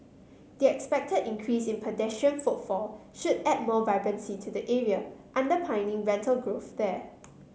the expected increase in pedestrian footfall should add more vibrancy to the area underpinning rental growth there